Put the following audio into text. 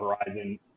horizon